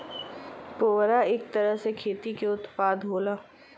पुवरा इक तरह से खेती क उत्पाद होला